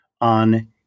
on